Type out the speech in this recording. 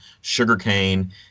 sugarcane